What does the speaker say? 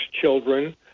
children